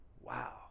wow